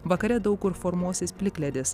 vakare daug kur formuosis plikledis